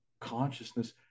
consciousness